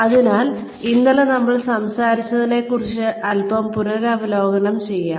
അതിനാൽ ഇന്നലെ നമ്മൾ സംസാരിച്ചതിനെ കുറിച്ച് അൽപ്പം പുനരവലോകനം ചെയ്യാം